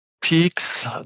peaks